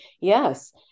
Yes